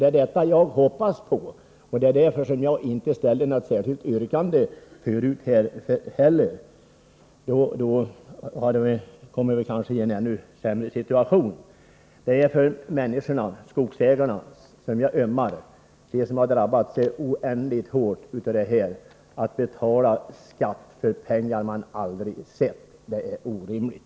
Det är detta jag hoppas på, och det är därför som jag inte förut har ställt något särskilt yrkande — då hade vi kanske kommit i en ännu sämre situation. Det är för skogsägarna jag ömmar, de människor som har drabbats oändligt hårt av att tvingas betala skatt för pengar som de aldrig har sett. Det är orimligt.